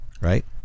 right